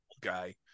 guy